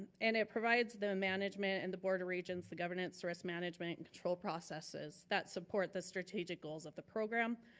and it provides the management and the board of regents, the governance, risk management, and control processes, that support the strategic goals of the program,